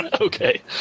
Okay